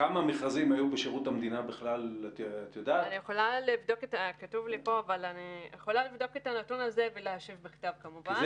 בגופי הממשלה - אני אתקן את הנתון שנאמר קודם גופי הממשלה